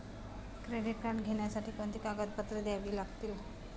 Credit card घेण्यासाठी कोणती कागदपत्रे घ्यावी लागतात?